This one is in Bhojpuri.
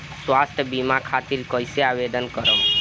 स्वास्थ्य बीमा खातिर कईसे आवेदन करम?